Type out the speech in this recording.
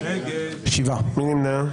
מי נמנע?